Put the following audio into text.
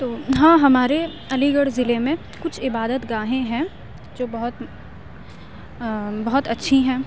ہاں ہمارے علی گڑھ ضلعے میں کچھ عبادت گاہیں ہیں جو بہت بہت اچھی ہیں